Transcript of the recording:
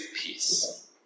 peace